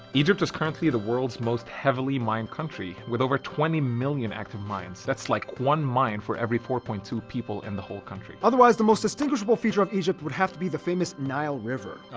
egypt is currently the world's most heavily mined country with over twenty million active mines. that's like one mine for every four point two people in the whole country. otherwise, the most distinguishable feature of egypt would have to be the famous nile river. oh,